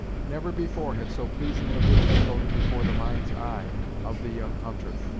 never before had so pleasing a vision floated before the mind's eye of the young hunter,